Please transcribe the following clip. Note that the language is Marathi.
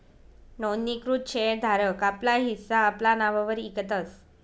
नोंदणीकृत शेर धारक आपला हिस्सा आपला नाववर इकतस